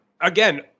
again